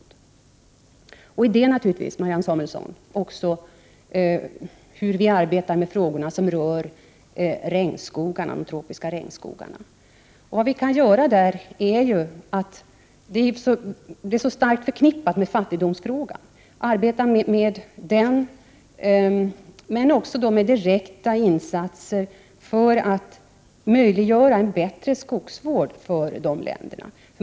I detta ligger naturligtvis också, Marianne Samuelsson, hur vi arbetar med de frågor som rör de tropiska regnskogarna. Det är starkt förknippat med fattigdomsfrågan. Man skall arbeta med den, men också göra direkta insatser för att möjliggöra en bättre skogsvård för de länderna.